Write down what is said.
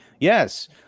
yes